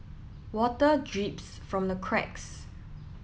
water drips from the cracks